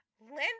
Linda